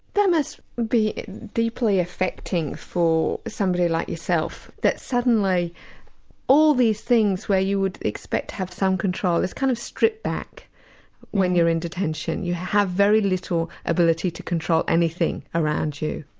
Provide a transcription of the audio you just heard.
that must be deeply affecting for somebody like yourself that suddenly all these things where you would expect to have some control is kind of stripped back when you're in detention, you have very little ability to control anything around you.